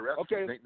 Okay